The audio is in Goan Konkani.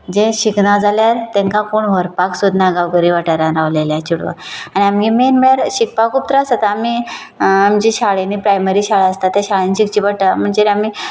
जे शिकना जाल्यार तांकां कोण व्हरपाक सोदना गांवदगिऱ्या वाठारांत रावलेल्या चेडवाक आनी आमगे मेन म्हणल्यार शिकपाक खूब त्रास जाता आमी जीं शाळेनीं प्रायमरी शाळा आसता त्या शाळेंत शिकचे पडटा म्हणचे आमी